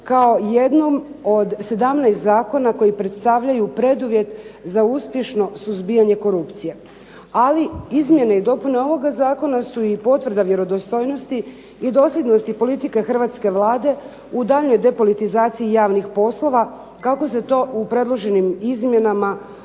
kao jednom od 17 zakona koji predstavljaju preduvjet za uspješno suzbijanje korupcije. Ali izmjene i dopune ovoga zakona su i potvrda vjerodostojnosti i dosljednosti politike hrvatske Vlade u daljnjoj depolitizaciji javnih poslova kako se to u predloženim izmjenama